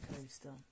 coaster